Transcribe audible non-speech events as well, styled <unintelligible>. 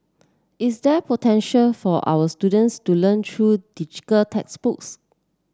is there potential for our students to learn through <unintelligible> textbooks